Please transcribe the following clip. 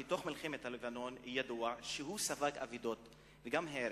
ידוע שבמלחמת לבנון הוא ספג אבדות וגם הרס.